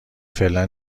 فعلا